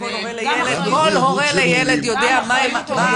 כל הורה לילד יודע מה האחריות --- גם מחויבות